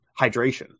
hydration